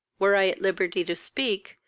were i at liberty to speak,